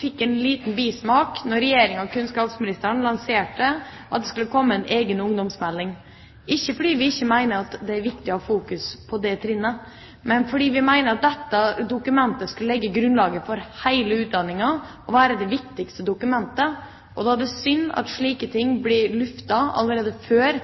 fikk en liten bismak da Regjeringa og kunnskapsministeren lanserte at det skulle komme en egen ungdomsmelding – ikke fordi vi ikke mener det er viktig å ha fokus på det trinnet, men fordi vi mener at dette dokumentet skulle legge grunnlaget for hele utdanninga og være det viktigste dokumentet. Og da er det synd at slike ting blir luftet allerede før